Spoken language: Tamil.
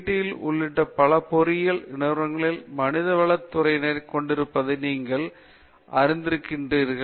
டி உள்ளிட்ட பல பொறியியல் நிறுவனங்கள் மனிதவள துறையினரைக் கொண்டிருப்பதை நீங்கள் அறிந்திருக்கிறீர்கள்